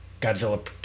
Godzilla